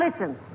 listen